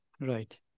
right